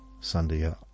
Sunday